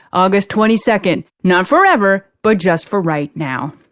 august twenty second not forever, but just for right now.